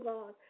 God